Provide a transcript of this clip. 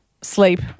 sleep